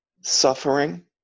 suffering